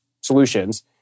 solutions